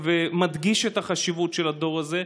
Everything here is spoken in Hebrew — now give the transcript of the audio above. ומדגיש את החשיבות של הדור הזה,